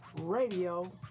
radio